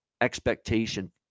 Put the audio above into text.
expectation